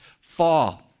fall